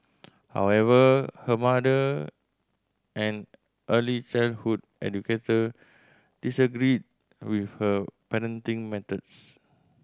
however her mother an early childhood educator disagreed with her parenting methods